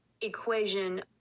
equation